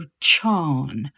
charn